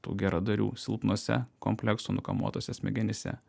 tų geradarių silpnose komplekso nukamuotose smegenyse